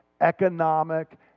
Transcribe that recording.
economic